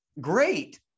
great